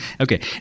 Okay